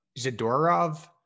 Zadorov